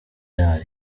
yayo